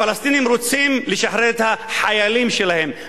הפלסטינים רוצים לשחרר את החיילים שלהם.